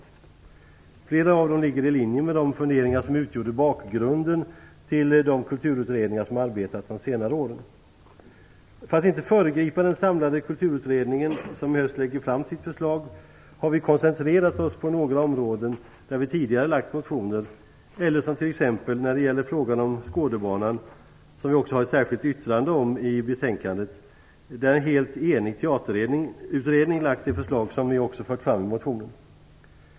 Flera av dem ligger i linje med de funderingar som utgjorde bakgrunden till de kulturutredningar som har arbetat under senare år. För att inte föregripa den samlade kulturutredningen som i höst skall lägga fram sitt förslag har vi koncentrerat oss på några områden där vi tidigare har väckt motioner. När det gäller frågan om Skådebanan, som vi också har ett särskilt yttrande om i betänkandet, har en helt enig teaterutredning lagt fram det förslag som vi också har fört fram i motionen.